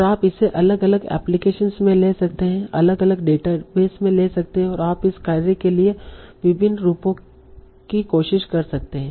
और आप इसे अलग अलग एप्लीकेशनस में ले सकते हैं अलग अलग डेटाबेस ले सकते हैं और आप इस कार्य के लिए विभिन्न रूपों की कोशिश कर सकते हैं